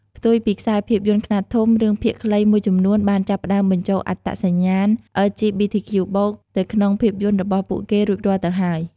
ផ្ទុយពីខ្សែភាពយន្តខ្នាតធំ រឿងភាគខ្លីមួយចំនួនបានចាប់ផ្តើមបញ្ចូលអត្តសញ្ញាណ អិល ជី ប៊ី ធី ខ្ជូ បូក (LGBTQ+) ទៅក្នុងភាពយន្ដរបស់គេរួចរាល់ទៅហើយ។